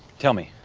tell me.